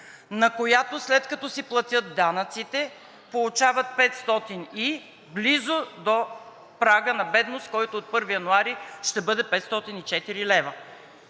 на която, след като си платят данъците, получават 500 лв., или близо до прага на бедност, който от 1 януари ще бъде 504 лв.